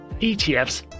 ETFs